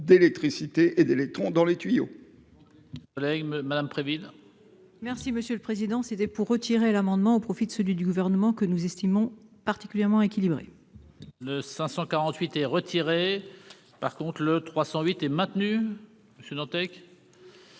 d'électricité et d'électrons dans les tuyaux